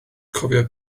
cofio